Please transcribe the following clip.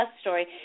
story